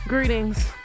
Greetings